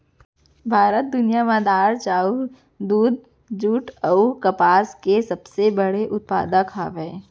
भारत दुनिया मा दार, चाउर, दूध, जुट अऊ कपास के सबसे बड़े उत्पादक हवे